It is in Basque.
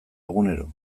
egunero